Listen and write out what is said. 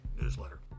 newsletter